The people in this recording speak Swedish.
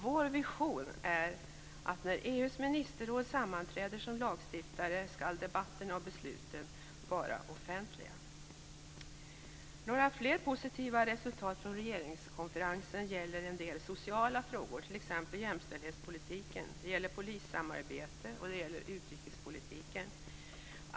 Vår vision är att när EU:s ministerråd sammanträder som lagstiftare skall debatterna och besluten vara offentliga. Några fler positiva resultat från regeringskonferensen gäller en del sociala frågor, t.ex. jämställdhetspolitiken. Det gäller också polissamarbetet och utrikespolitiken.